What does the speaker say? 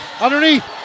underneath